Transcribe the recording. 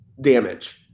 damage